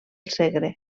segre